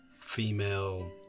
female